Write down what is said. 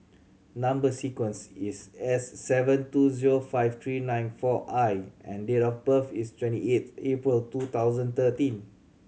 number sequence is S seven two zero five three nine four I and date of birth is twenty eight April two thousand thirteen